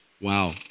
Wow